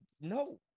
no